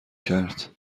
کرد